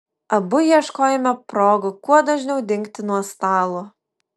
abu ieškojome progų kuo dažniau dingti nuo stalo